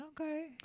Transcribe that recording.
Okay